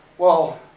well,